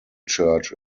church